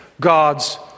God's